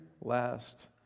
last